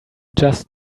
just